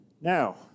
now